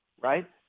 right